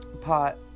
pot